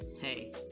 hey